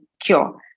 cure